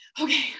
Okay